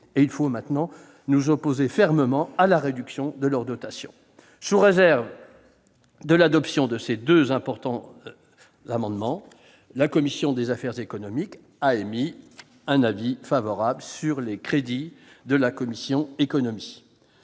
Il faut maintenant nous opposer fermement à la réduction des dotations des CTI ! Sous réserve de l'adoption de ces deux importants amendements, la commission des affaires économiques a émis un avis favorable sur les crédits de la mission « Économie